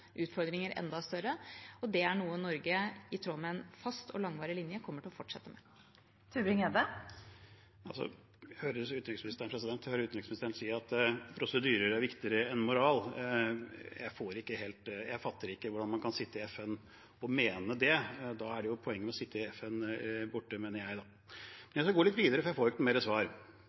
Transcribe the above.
utfordringer enda større. Og det er noe Norge, i tråd med en fast og langvarig linje, kommer til å fortsette med. Jeg hører utenriksministeren si at prosedyrer er viktigere enn moral. Jeg fatter ikke hvordan man kan sitte i FN og mene det. Da er jo poenget med å sitte i FN borte, mener jeg. Jeg skal gå litt videre, for jeg får jo ikke mer svar.